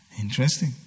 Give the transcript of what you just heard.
Interesting